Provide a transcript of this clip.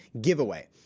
giveaway